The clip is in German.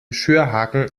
schürhaken